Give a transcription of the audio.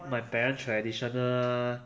my parents traditional